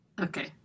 Okay